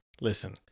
listen